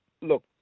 Look